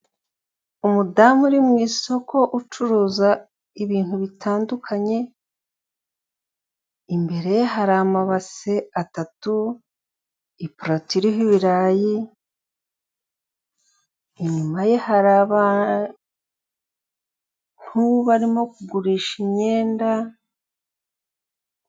Umudamu uri mu isoko ucuruza ibintu bitandukanye imbere hari amabase atatu ipurato iriho ibirayi, inyuma ye hari abantu barimo kugurisha imyenda.